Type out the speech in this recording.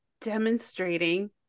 demonstrating